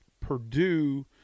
Purdue